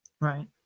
Right